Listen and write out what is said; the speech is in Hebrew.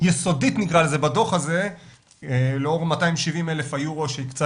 יסודית בדוח הזה לאור 270,000 האירו שהקצה